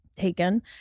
taken